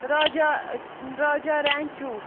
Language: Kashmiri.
راجا راجا رٮ۪نچوٗ